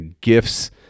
gifts